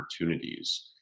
opportunities